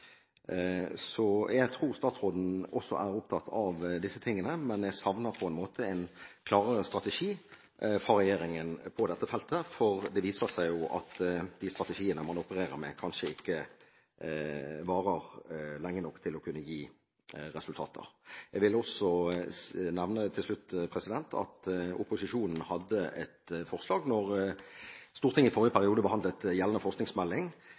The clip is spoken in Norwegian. Jeg tror statsråden også er opptatt av dette, men jeg savner på en måte en klarere strategi fra regjeringen på dette feltet, for det viser seg jo at de strategiene man opererer med, kanskje ikke varer lenge nok til å kunne gi resultater. Jeg vil også nevne til slutt at opposisjonen hadde et forslag da Stortinget i forrige periode behandlet gjeldende forskningsmelding,